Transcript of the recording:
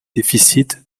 déficits